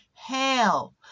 hell